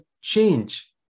change